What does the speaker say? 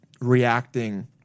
reacting